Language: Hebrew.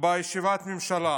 בישיבת הממשלה?